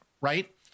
Right